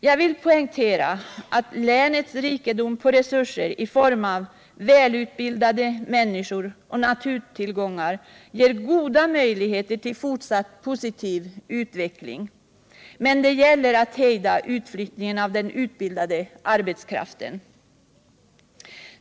Jag vill poängtera att länets rikedom på resurser i form av välutbildade människor och naturtillgångar ger goda möjligheter till fortsatt positiv utveckling. Men det gäller att hejda utflyttningen av den utbildade arbetskraften.